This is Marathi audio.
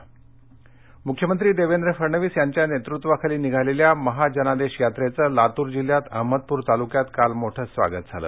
लातूर मुख्यमंत्री देवेंद्र फडणवीस यांच्या नेतृत्वाखाली निघालेल्यामहाजनादेश यात्रेचं लातूर जिल्ह्यात अहमदपूर तालुक्यात काल मोठ स्वागत झालं